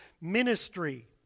ministry